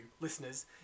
listeners